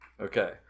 Okay